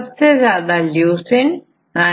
सबसे ज्यादाleucin9alanin8है